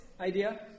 idea